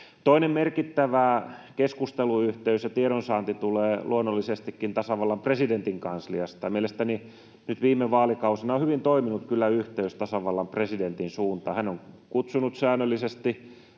Toinen merkittävä keskusteluyhteys ja tiedonsaanti liittyy luonnollisestikin tasavallan presidentin kansliaan. Mielestäni nyt viime vaalikausina on kyllä hyvin toiminut yhteys tasavallan presidentin suuntaan. Hän on kutsunut säännöllisesti